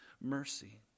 mercy